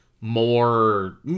more